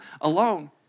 alone